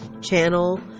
channel